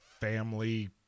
family